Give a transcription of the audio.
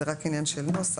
זה רק עניין של נוסח,